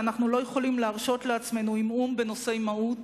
ואנחנו לא יכולים להרשות לעצמנו עמעום בנושאי מהות